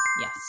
Yes